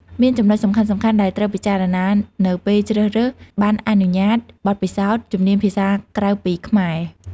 មានចំណុចសំខាន់ៗដែលត្រូវពិចារណានៅពេលជ្រើសរើស ប័ណ្ណអនុញ្ញាត បទពិសោធន៍ ជំនាញភាសាក្រៅពីខ្មែរ។